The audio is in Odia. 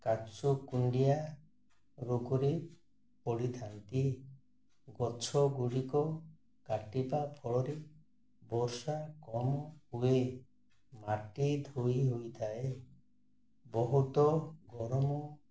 କାଛୁ କୁଣ୍ଡିଆ ରୋଗରେ ପଡ଼ିଥାନ୍ତି ଗଛଗୁଡ଼ିକ କାଟିବା ଫଳରେ ବର୍ଷା କମ୍ ହୁଏ ମାଟି ଧୋଇ ହୋଇଥାଏ ବହୁତ ଗରମ